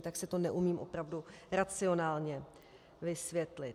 Tak si to neumím opravdu racionálně vysvětlit.